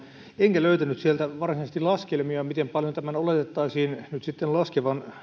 enkä löytänyt sieltä varsinaisesti laskelmia miten paljon tämän oletettaisiin nyt sitten laskevan